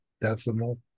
decimal